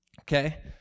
Okay